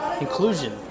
inclusion